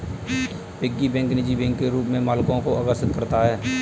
piggy bank निजी bank के रूप में बालकों को आकर्षित करता है